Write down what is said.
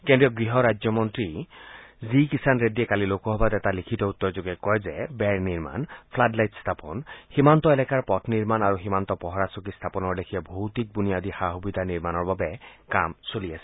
কেন্দ্ৰীয় গৃহ ৰাজ্যমন্ত্ৰী জি কিষাণ ৰেড্ডীয়ে কালি লোকসভাত এটা লিখিত উত্তৰ যোগে কয় যে বেৰ নিৰ্মাণ ফ্লাড লাইট স্থাপন সীমান্ত এলেকা পথ নিৰ্মাণ আৰু সীমান্ত পহৰা চকী স্থাপনৰ লেখীয়া ভৌতিক বুনিয়াদী সা সুবিধা নিৰ্মাণৰ কাম চলি আছে